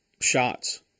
shots